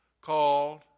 called